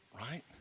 right